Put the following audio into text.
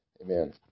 Amen